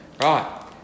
Right